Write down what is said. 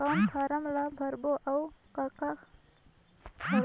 कौन फारम ला भरो और काका भरो?